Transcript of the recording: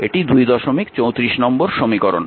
এটি 234 নম্বর সমীকরণ